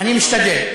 אני משתדל.